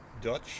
dutch